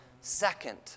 second